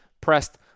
Pressed